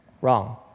Wrong